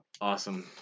awesome